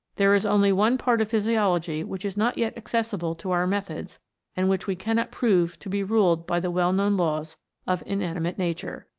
there is only one part of physiology which is not yet accessible to our methods and which we cannot prove to be ruled by the well-known laws of inanimate nature.